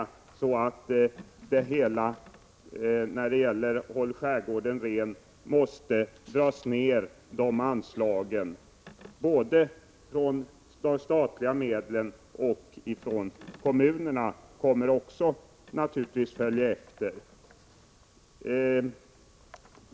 Det föreslås att anslagen från staten till Håll skärgården ren skall dras ned, och då kommer naturligtvis kommunerna att följa efter.